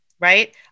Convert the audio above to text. right